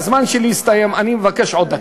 הזמן שלי הסתיים, אני מבקש עוד דקה,